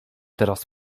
teraz